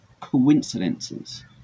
coincidences